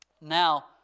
Now